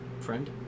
Friend